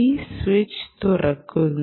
ഈ സ്വിച്ച് തുറക്കുന്നു